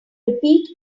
repeat